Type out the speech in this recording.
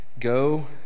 go